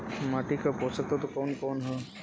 माटी क पोषक तत्व कवन कवन ह?